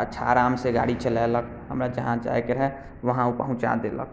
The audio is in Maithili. अच्छा आरामसँ गाड़ी चलेलक हमरा जहाँ जाइके रहै वहाँ ओ पहुँचा देलक